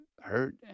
hurt